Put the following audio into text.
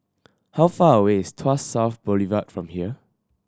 how far away is Tuas South Boulevard from here